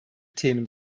themen